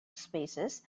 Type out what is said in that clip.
spaces